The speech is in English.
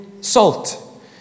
salt